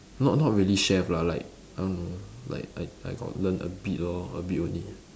not not really chef lah like I don't know like I I got learn a bit lor a bit only